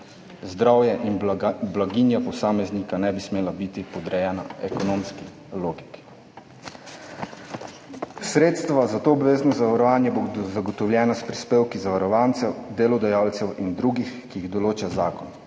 Zdravje in blaginja posameznika ne bi smela biti podrejena ekonomski logiki. Sredstva za to obvezno zavarovanje bodo zagotovljena s prispevki zavarovancev, delodajalcev in drugih, ki jih določa zakon.